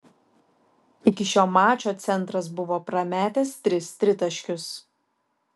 iki šio mačo centras buvo prametęs tris tritaškius